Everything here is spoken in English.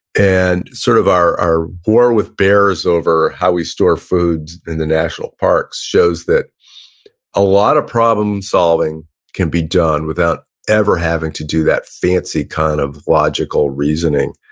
and sort of our our war with bears over how we store food in the national parks shows that a lot of problem solving can be done without ever having to do that fancy kind of logical reasoning,